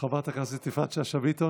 חבריי חברי הכנסת, אני